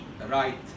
right